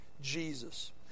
Jesus